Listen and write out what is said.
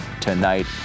tonight